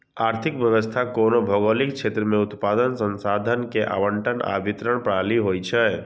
आर्थिक व्यवस्था कोनो भौगोलिक क्षेत्र मे उत्पादन, संसाधन के आवंटन आ वितरण प्रणाली होइ छै